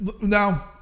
Now